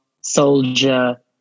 soldier